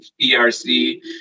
ERC